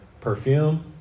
perfume